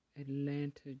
Atlanta